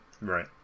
Right